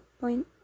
point